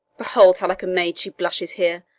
behold! how like a maid she blushes here.